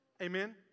Amen